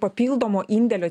papildomo indėlio